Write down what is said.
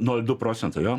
nol du procentai jo